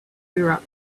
throughout